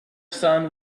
son